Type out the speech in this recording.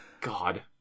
God